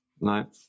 No